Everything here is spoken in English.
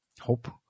hope